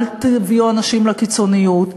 אל תביאו אנשים לקיצוניות.